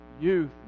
youth